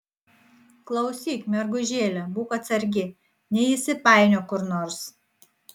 klausyk mergužėle būk atsargi neįsipainiok kur nors